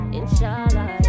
inshallah